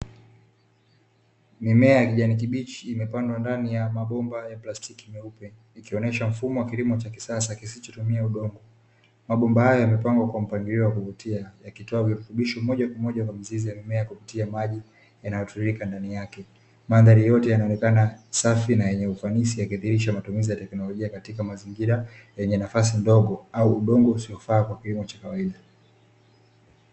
Mimea ya kijani kibichi imepandwa ndani ya mabomba ya plastiki meupe ikionyesha mfumo wa kilimo cha kisasa kisichotumia udongo. Mabomba hayo yamepangwa kwa mpangilio wa kuvutia yakitoa virutubisho moja kwa moja kwa mizizi ya mimea kupitia maji yanayotiririka ndani yake. Mandhari yote yanaonekana safi na yenye ufanisi yakidhihirisha matumizi ya teknolojia katika mazingira yenye nafasi ndogo au udongo usiofaa kwa kilimo cha kawaida.